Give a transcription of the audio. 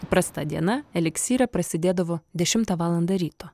įprasta diena eliksyre prasidėdavo dešimtą valandą ryto